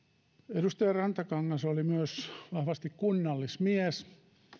edustaja rantakangas oli myös vahvasti kunnallismies